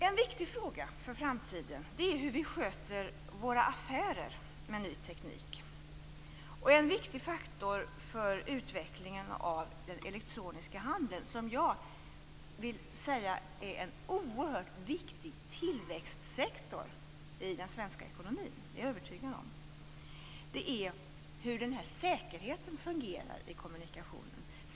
En viktig fråga för framtiden är hur vi sköter våra affärer med ny teknik. En viktig faktor för utvecklingen av den elektroniska handel, som jag är övertygad om är en oerhört viktig tillväxtsektor i den svenska ekonomin, är hur säkerheten fungerar i kommunikationen.